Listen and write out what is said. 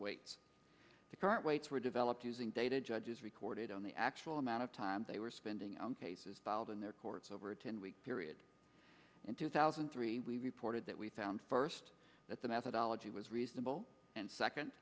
weights the current weights were developed using data judges recorded on the actual amount of time they were spending on cases filed in their courts over a ten week period in two thousand and three we reported that we found first that the methodology was reasonable and second